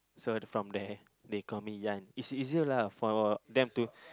so it's from there they call me Yan it's easier lah for our them to